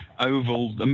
oval